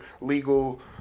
legal